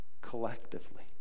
collectively